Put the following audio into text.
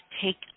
take